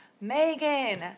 Megan